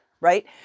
right